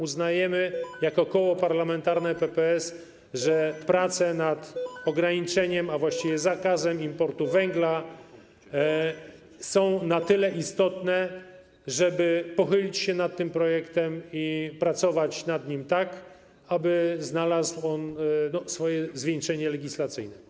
Uznajemy jako Koło Parlamentarne PPS, że prace nad ograniczeniem importu węgla, a właściwie zakazem tego importu, są na tyle istotne, żeby pochylić się nad tym projektem i pracować nad nim tak, aby znalazł on swoje zwieńczenie legislacyjne.